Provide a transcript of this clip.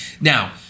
Now